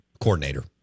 coordinator